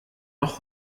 noch